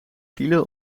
file